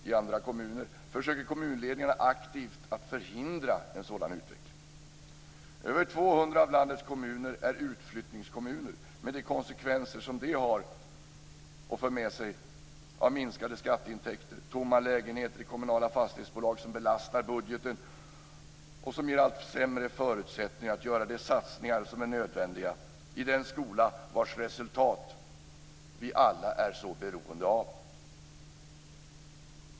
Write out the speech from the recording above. I andra kommuner försöker kommunledningarna aktivt att förhindra en sådan utveckling. Över 200 av landets kommuner är utflyttningskommuner, med de konsekvenser som det för med sig i form av minskade skatteintäkter, tomma lägenheter i kommunala fastighetsbolag som belastar budgeten och som ger allt sämre förutsättningar att göra de satsningar som är nödvändiga i den skola vars resultat vi alla är så beroende av.